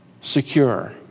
secure